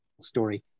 story